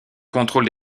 contrôle